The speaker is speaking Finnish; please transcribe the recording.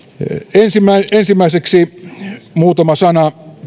ensimmäiseksi muutama sana